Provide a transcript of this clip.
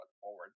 forward